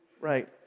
Right